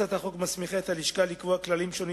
הצעת החוק מסמיכה את הלשכה לקבוע כללים שונים,